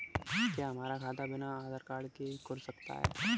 क्या हमारा खाता बिना आधार कार्ड के खुल सकता है?